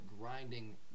grinding